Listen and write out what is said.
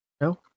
no